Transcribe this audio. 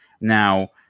Now